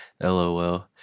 LOL